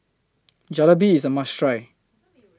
Jalebi IS A must Try